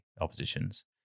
oppositions